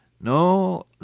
No